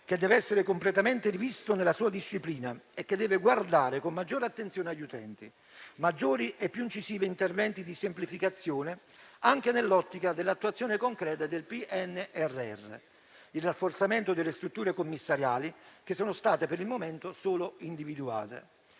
che deve essere completamente rivisto nella sua disciplina e che deve guardare con maggiore attenzione agli utenti; maggiori e più incisivi interventi di semplificazione anche nell'ottica della attuazione concreta del PNRR; il rafforzamento delle strutture commissariali, che sono state per il momento solo individuate.